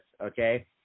okay